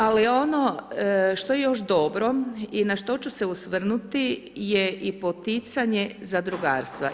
Ali ono što je još dobro i na što ću se osvrnuti je i poticanje zadrugarstva.